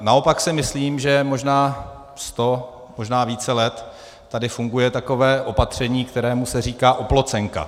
Naopak si myslím, že možná sto, možná více let tady funguje takové opatření, kterému se říká oplocenka.